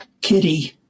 kitty